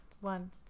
one